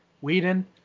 Whedon